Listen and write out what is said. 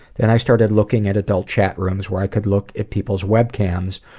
then i started looking at adult chat rooms where i could look at people's web cams,